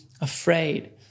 afraid